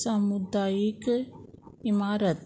सामुदायीक इमारत